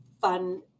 fun